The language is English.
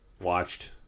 watched